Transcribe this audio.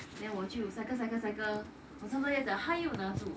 then 我就 cycle cycle cycle 我差不多要跌到他又拿著